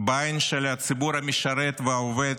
בעין של הציבור המשרת והעובד,